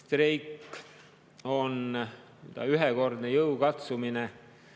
streik on ühekordne jõukatsumine